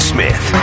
Smith